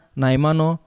naimano